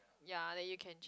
ya that you can